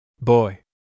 Boy